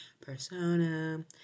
Persona